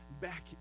back